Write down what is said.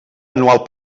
anual